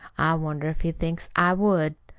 i wonder if he thinks i would!